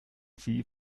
sie